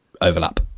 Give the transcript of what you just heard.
overlap